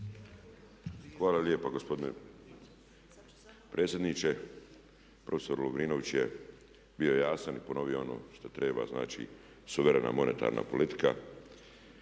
Hvala lijepa gospodine predsjedniče. Profesor Lovrinović je bio jasan i ponovio ono što treba, znači suverena monetarna politika